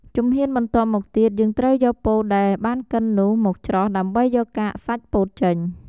ជំហានបន្ទាប់់មកទៀត យើងត្រូវយកពោតដែលបានកិននោះមកច្រោះដើម្បីយកកាកសាច់ពោតចេញ។